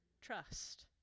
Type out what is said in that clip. trust